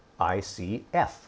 icf